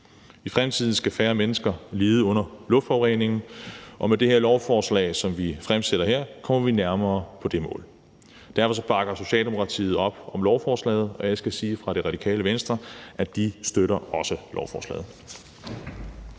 I fremtiden skal færre mennesker lide under luftforurening, og med det lovforslag, som vi fremsætter her, kommer vi nærmere det mål. Derfor bakker Socialdemokratiet op om lovforslaget. Og jeg skal sige fra Radikale Venstre, at de også støtter lovforslaget.